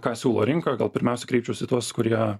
ką siūlo rinka gal pirmiausia kreipčiaus į tuos kurie